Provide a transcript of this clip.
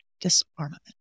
disarmament